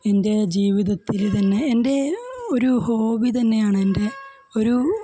എൻ്റെ ജീവിതത്തിൽ തന്നെ എൻ്റെ ഒരു ഹോബി തന്നെയാണ് എൻ്റെ ഒരു ഏറ്റവും വലിയ ആഗ്രഹമാണ്